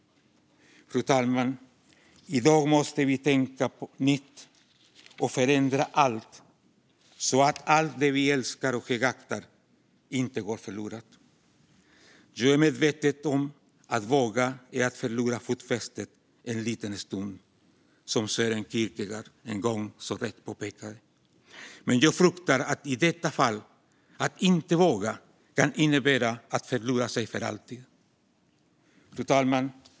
Fru talman! I dag måste vi tänka nytt och förändra allt, så att allt det vi älskar och högaktar inte går förlorat. Jag är medveten om, som Sören Kierkegaard en gång så riktigt påpekade, att våga är att förlora fotfästet en liten stund. Men jag fruktar i detta fall att inte våga kan innebära att förlora sig för alltid.